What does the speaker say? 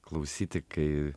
klausyti kai